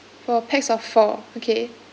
for pax of of four okay